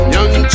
Young